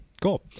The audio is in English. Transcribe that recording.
cool